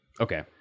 Okay